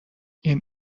این